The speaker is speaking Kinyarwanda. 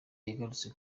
yagarutse